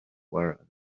where